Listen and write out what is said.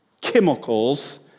chemicals